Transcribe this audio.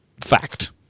fact